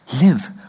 live